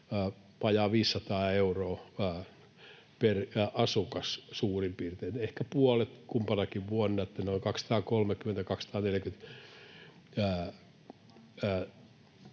vajaa 500 euroa per asukas, suurin piirtein, ehkä puolet kumpanakin vuonna, eli noin 230—250